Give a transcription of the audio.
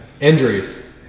Injuries